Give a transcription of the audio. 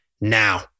now